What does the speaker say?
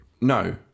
no